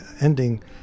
ending